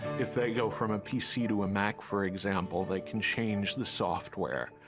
if they go from a pc to a mac for example they can change the software.